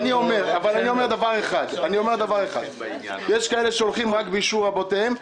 אני אומר דבר אחד: יש מי שהולכים רק באישור רבותיהם.